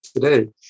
today